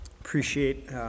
Appreciate